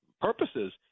purposes